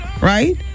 right